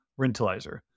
Rentalizer